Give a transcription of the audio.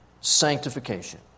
sanctification